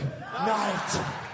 night